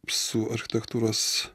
su architektūros